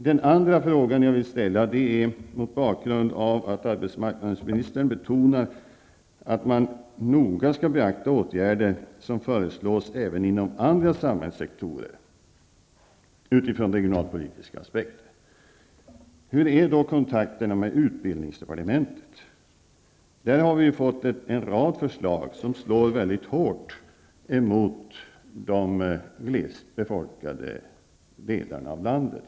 Den andra frågan som jag vill ställa, mot bakgrund av att arbetsmarknadsministern betonar att man noga skall beakta åtgärder som föreslås även inom andra samhällssektorer utifrån regionalpolitiska faktorer, blir: Hur är det med kontakterna med utbildningsdepartementet? Därifrån har vi fått en rad förslag som slår väldigt hårt mot de glesbefolkade delarna av landet.